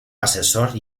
asesor